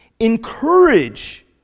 encourage